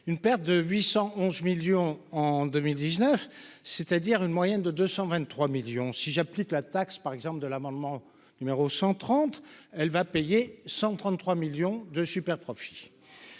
une perte de 811 millions en 2019, c'est-à-dire une moyenne de 223 millions si j'applique la taxe par exemple de l'amendement numéro 130 elle va payer 133 millions de super-profits